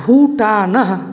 भूटानः